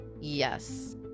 Yes